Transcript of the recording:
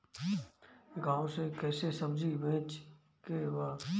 गांव से कैसे सब्जी बेचे के बा?